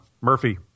Murphy